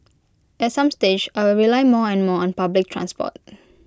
at some stage I will rely more and more on public transport